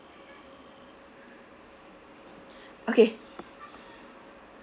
okay